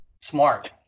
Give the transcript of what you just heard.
Smart